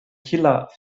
killer